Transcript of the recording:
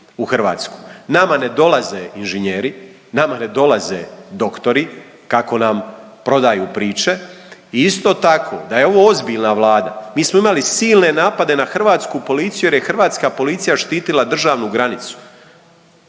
nama ne dolaze inženjeri, nama ne dolaze doktori, kako nam prodaju priče. I isto tako da je ovo ozbiljna Vlada, mi smo imali silne napade na hrvatsku policiju jer je hrvatska policija štitila državnu granicu.